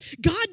God